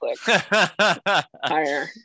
higher